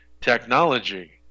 technology